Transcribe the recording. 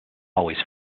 always